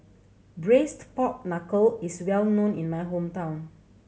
Braised Pork Knuckle is well known in my hometown